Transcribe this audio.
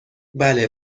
بله